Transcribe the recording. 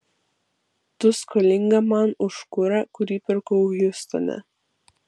tu skolinga man už kurą kurį pirkau hjustone